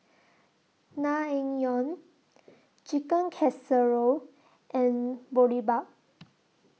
Naengmyeon Chicken Casserole and Boribap